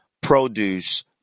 produce